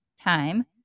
time